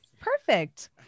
Perfect